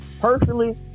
personally